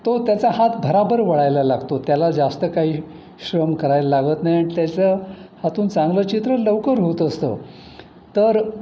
तो त्याचा हात भराभर वळायला लागतो त्याला जास्त काही श्रम करायला लागत नाही आणि त्याचं हातून चांगलं चित्र लवकर होत असतं तर